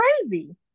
crazy